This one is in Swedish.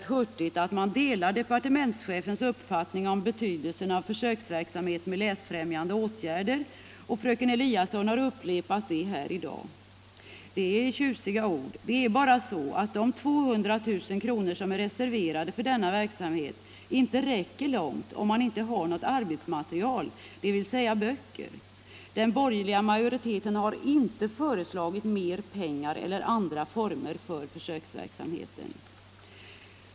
helt hurtigt att man delar departementschefens uppfattning om betydelsen av försöksverksamhet med läsfrämjande åtgärder, och fröken Eliasson har upprepat det här i dag. Detta är tjusiga ord — men det är bara så att de 200 000 kr. som är reserverade för verksamheten inte räcker långt, om man inte har något arbetsmaterial, dvs. böcker. Den borgerliga majoriteten har inte föreslagit mer pengar eller andra former för försöksverksamheten.